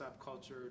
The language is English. subculture